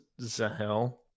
Zahel